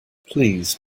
please